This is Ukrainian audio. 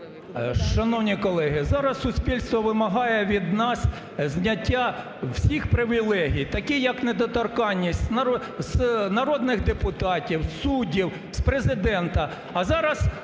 Шановні колеги, зараз суспільство вимагає від нас зняття всіх привілей таких як недоторканність народних депутатів, суддів, з Президента.